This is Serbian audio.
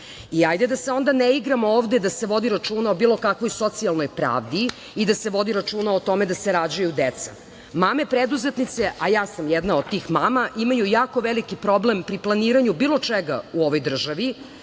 da se onda ne igramo ovde da se vodi računa o bilo kakvom socijalnoj pravdi i da se vodi računa o tome da se rađaju deca. Mame preduzetnice, a ja sam jedna od tih mama, imaju jako veliki problem pri planiranju bilo čega u ovoj državi. Da